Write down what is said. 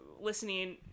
listening